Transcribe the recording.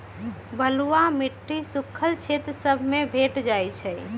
बलुआ माटी सुख्खल क्षेत्र सभ में भेंट जाइ छइ